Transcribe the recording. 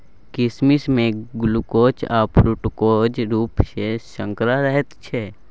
किसमिश मे ग्लुकोज आ फ्रुक्टोजक रुप मे सर्करा रहैत छै